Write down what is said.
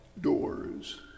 Doors